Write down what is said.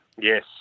Yes